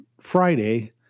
Friday